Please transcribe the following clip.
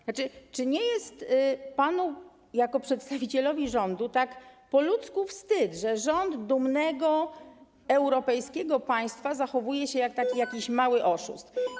Znaczy, czy nie jest panu jako przedstawicielowi rządu tak po ludzku wstyd, że rząd dumnego europejskiego państwa zachowuje się jak taki jakiś mały oszust?